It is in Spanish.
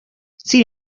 sin